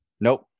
Nope